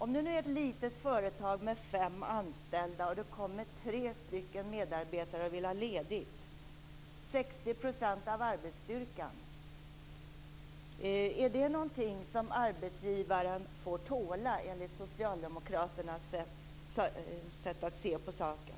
Om det nu är ett litet företag med fem anställda och det kommer tre medarbetare och vill ha ledigt, dvs. 60 % av arbetsstyrkan, är det då någonting som arbetsgivaren får tåla enligt socialdemokraternas sätt att se på saken?